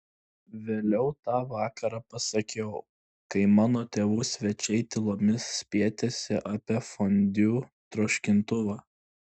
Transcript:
vėliau tą vakarą pasakiau kai mano tėvų svečiai tylomis spietėsi apie fondiu troškintuvą